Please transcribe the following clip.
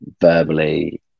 verbally